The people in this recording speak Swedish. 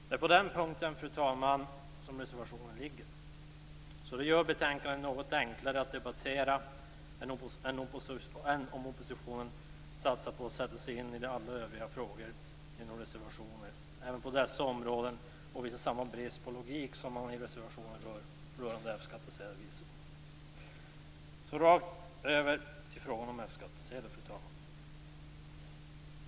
Det är på den punkten, fru talman, som reservationen finns. Detta gör att betänkandet är något enklare att debattera än om oppositionen hade satsat på att sätta sig in i alla övriga frågor och genom reservationer även på dessa områden visat samma brist på logik som man visar i reservationen rörande F-skattsedel. Så går jag raskt över till frågan om F-skattsedel, fru talman.